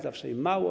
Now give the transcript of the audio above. Zawsze im mało.